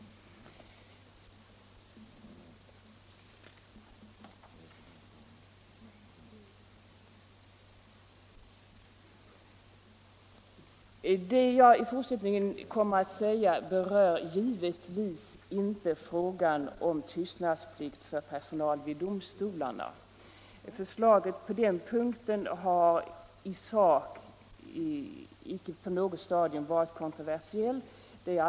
Det jag i fortsättningen kommer att säga berör givetvis inte frågan om tystnadsplikt för personal vid domstolarna. Förslaget på den punkten har i sak icke på något stadium varit kontroversiellt.